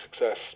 success